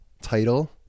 title